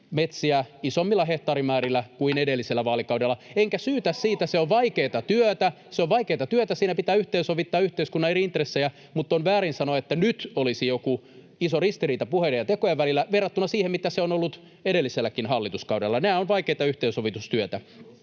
metsiä isommilla hehtaarimäärillä kuin edellisellä vaalikaudella, enkä syytä siitä — se on vaikeata työtä. Se on vaikeata työtä. Siinä pitää yhteensovittaa yhteiskunnan eri intressejä, mutta on väärin sanoa, että nyt olisi joku iso ristiriita puheiden ja tekojen välillä verrattuna siihen, mitä se on ollut edelliselläkin hallituskaudella. Tämä on vaikeata yhteensovitustyötä.